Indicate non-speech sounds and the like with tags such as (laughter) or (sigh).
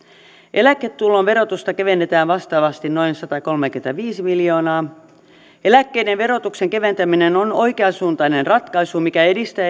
eläketulon verotusta kevennetään vastaavasti noin satakolmekymmentäviisi miljoonaa eläkkeiden verotuksen keventäminen on oikeansuuntainen ratkaisu mikä edistää (unintelligible)